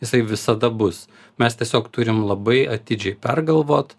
jisai visada bus mes tiesiog turim labai atidžiai pergalvot